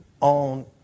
on